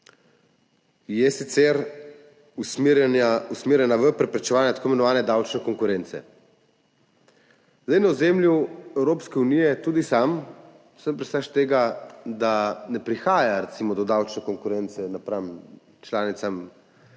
sta sicer usmerjeni v preprečevanje tako imenovane davčne konkurence. Zdaj na ozemlju Evropske unije, tudi sam sem pristaš tega, ne prihaja do davčne konkurence nasproti članicam